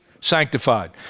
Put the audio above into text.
sanctified